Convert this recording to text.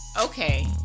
Okay